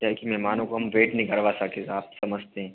क्या हैं कि मेहमानों को हम वेट नहीं करवा सके आप समझते हैं